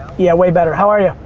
yeah, way better. how are you?